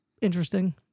interesting